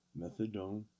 Methadone